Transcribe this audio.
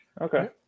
Okay